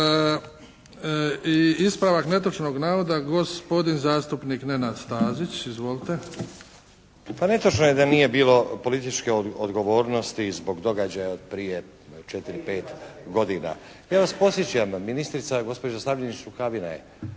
Ispravak netočnog navoda gospodin zastupnik Nenad Stazić. Izvolite. **Stazić, Nenad (SDP)** Pa netočno je da nije bilo političke odgovornosti zbog događaja od prije četiri, pet godina. Ja vas podsjećam ministrica gospođa Slavljenić Rukavina je